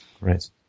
Right